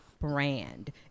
brand